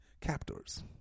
captors